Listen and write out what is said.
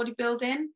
bodybuilding